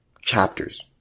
chapters